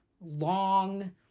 long